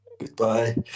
Goodbye